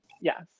Yes